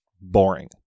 boring